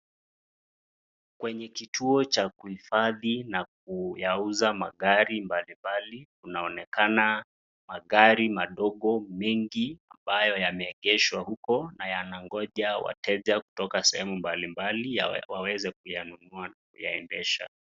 Kwenye kituo Cha kuifadhi na kuyauza magari mbalimbali kunaonekana magari madogo mingi ambayo yameegeshwa huko na wanangoja wateja kutoka sehemu mbalimbali waweze kuyanunua na kuyaendesha.